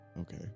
okay